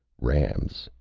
rams,